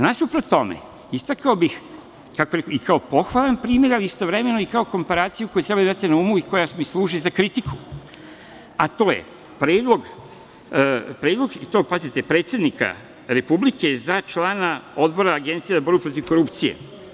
Nasuprot tome, istakao bih i kao pohvalan primer, ali istovremeno i kao komparaciju koju treba da imate na umu i koja mi služi za kritiku, a to je predlog, i to, pazite, predsednika Republike za člana odbora Agencije za borbu protiv korupcije.